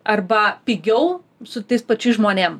arba pigiau su tais pačiais žmonėm